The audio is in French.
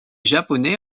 japonais